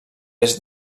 est